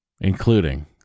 including